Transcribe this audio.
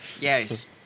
Yes